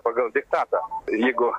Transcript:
pagal diktatą jeigu